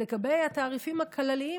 לגבי התעריפים הכלליים,